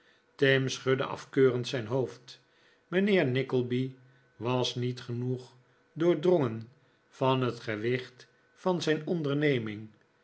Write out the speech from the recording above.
tim schudde afkeurend zijn hoofd mijnheer nickleby was niet genoeg doordrongen van het gewicht van zijn onderneming